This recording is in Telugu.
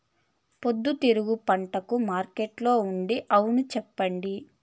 పొద్దుతిరుగుడు పంటకు మార్కెట్లో ఉండే అవును చెప్పండి?